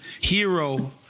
hero